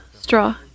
straw